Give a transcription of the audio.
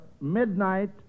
midnight